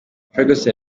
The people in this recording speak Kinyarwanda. ferguson